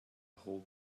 hold